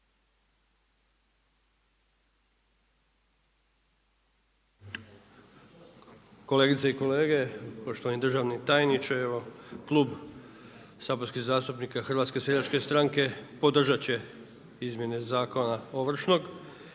Kolegice i kolege, poštovani državni tajniče. Evo, Klub saborskih zastupnika HSS podržati će izmjene zakona ovršnog,